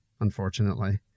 unfortunately